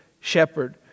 shepherd